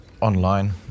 online